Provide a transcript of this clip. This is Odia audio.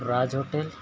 ରାଜ ହୋଟେଲ୍